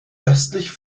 östlich